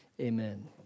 amen